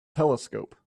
telescope